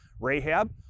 Rahab